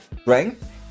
strength